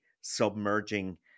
submerging